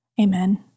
amen